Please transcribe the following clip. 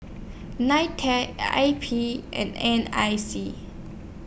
NITEC I P and N I C